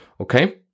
okay